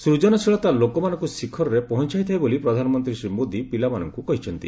ସ୍କଜଶୀଳତା ଲୋକମାନଙ୍କୁ ଶିଖରରେ ପହଞ୍ଚାଇଥାଏ ବୋଲି ପ୍ରଧାନମନ୍ତ୍ରୀ ଶ୍ରୀ ମୋଦୀ ପିଲାମାନଙ୍କୁ କହିଛନ୍ତି